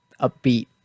upbeat